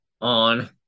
on